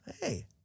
hey